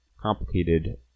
complicated